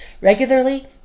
regularly